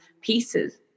pieces